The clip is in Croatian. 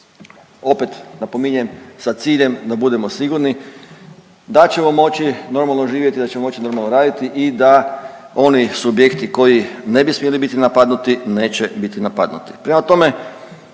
opet napominjem sa ciljem da budemo sigurni da ćemo moći normalno živjeti i da ćemo moći normalno raditi i da oni subjekti koji ne bi smjeli biti napadnuti neće biti napadnuti,